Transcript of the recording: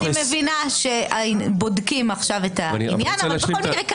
אני לא מדבר על ההתנהלות של הוועדה לאורך תקופה ארוכה.